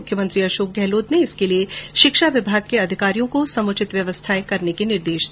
मुख्यमंत्री अशोक गहलोत ने इसके लिए शिक्षा विभाग के अधिकारियों को समुचित व्यवस्थाएं करने के निर्देश दिए हैं